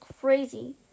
crazy